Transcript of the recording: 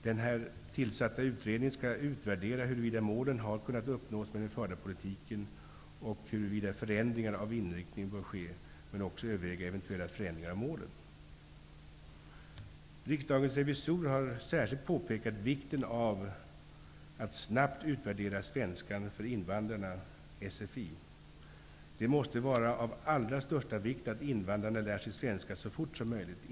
Den tillsatta utredningen skall utvärdera huruvida målen har kunnat uppnås med den förda politiken och huruvida förändringar av inriktningen bör ske, men också överväga eventuella förändringar av målen. Riksdagens revisorer har särskilt påpekat vikten av att snabbt utvärdera svenska för invandrare, SFI. Det måste vara av allra största vikt att invandrarna lär sig svenska så fort som möjligt.